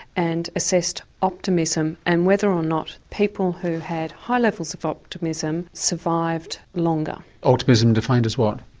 and assessed optimism and whether or not people who had high levels of optimism survived longer. optimism defined as what?